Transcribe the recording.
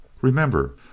Remember